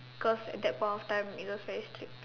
cause at that point of time he was very strict